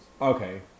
okay